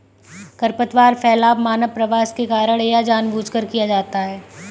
खरपतवार फैलाव मानव प्रवास के कारण या जानबूझकर किया जाता हैं